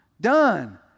Done